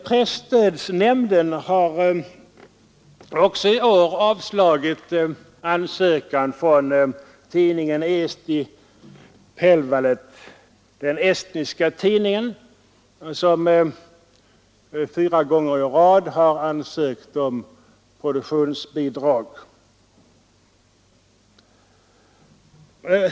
Presstödsnämnden har också i år avslagit ansökan från tidningen Eesti Päavaleht, som fyra år i rad har ansökt om produktionsbidrag.